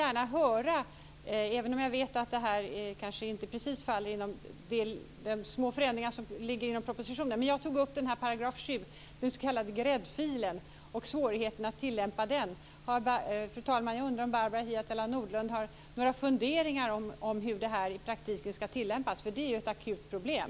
Även om jag vet att det kanske inte precis faller inom de små förändringar som ligger inom propositionen vill jag ändå ta upp 7 §, den s.k. gräddfilen, och svårigheterna att tillämpa den. Fru talman, jag undrar om Barbro Hietala Nordlund har några funderingar om hur det i praktiken ska tillämpas, för det är ju ett akut problem.